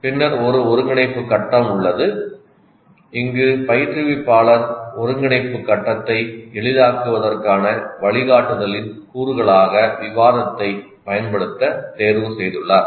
பின்னர் ஒரு ஒருங்கிணைப்புக் கட்டம் உள்ளது இங்கு பயிற்றுவிப்பாளர் ஒருங்கிணைப்புக் கட்டத்தை எளிதாக்குவதற்கான வழிகாட்டுதலின் கூறுகளாக விவாதத்தைப் பயன்படுத்த தேர்வுசெய்துள்ளார்